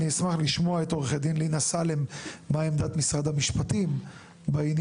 אני אשמח לשמוע את עו"ד לינא סאלם מה עמדת משרד המשפטים בעניין.